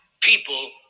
people